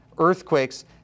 earthquakes